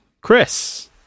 Chris